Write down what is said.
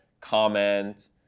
comment